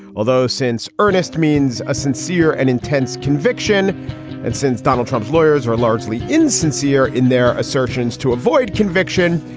although since ernest means a sincere and intense conviction and since donald trump's lawyers were largely insincere in their assertions to avoid conviction,